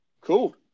Cool